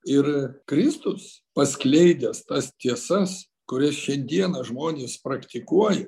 ir kristus paskleidęs tas tiesas kurias šiandieną žmonės praktikuoja